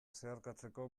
zeharkatzeko